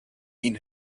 ihn